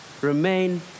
Remain